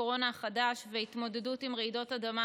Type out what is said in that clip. הקורונה החדש והתמודדות עם רעידות אדמה,